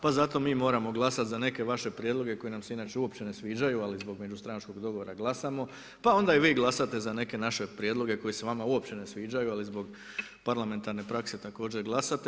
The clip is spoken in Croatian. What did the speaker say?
Pa zato mi moramo glasati za neke vaše prijedloge koji nam se inače uopće ne sviđaju, ali zbog međustranačkog dogovora glasamo, pa onda i vi glasujete za neke vaše prijedloge, koji se vama uopće ne sviđaju, ali zbog parlamentarne prakse također glasate.